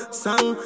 song